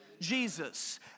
Jesus